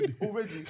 Already